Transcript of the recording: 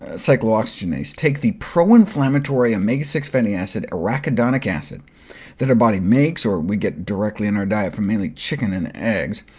ah cyclooxygenase, take the proinflammatory omega six fatty acid arachidonic acid that our body makes or we get directly in our diet from mainly chicken and eggs,